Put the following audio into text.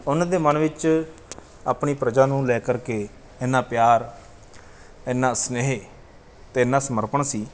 ਉਨ੍ਹਾਂ ਦੇ ਮਨ ਵਿੱਚ ਆਪਣੀ ਪ੍ਰਜਾ ਨੂੰ ਲੈ ਕਰਕੇ ਇੰਨਾ ਪਿਆਰ ਇੰਨਾ ਸਨੇਹ ਅਤੇ ਇੰਨਾ ਸਮਰਪਣ ਸੀ